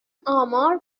آمار